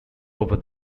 over